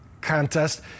contest